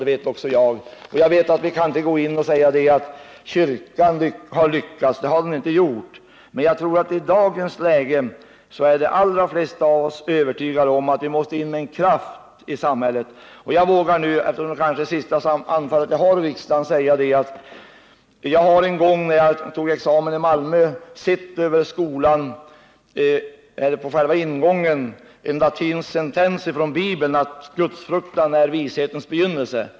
Jag vet också att vi inte kan påstå att kyrkan har lyckats. Det har den inte gjort. Men jag tror att i dagens läge är de allra flesta av oss övertygade om att det måste komma in en kraft i samhället. Eftersom detta kanske är mitt sista anförande här i riksdagen vill jag tala om att över ingången till den skola i Malmö där jag tog examen stod att läsa en latinsk sentens, hämtad ur Bibeln, om att gudsfruktan är vishetens begynnelse.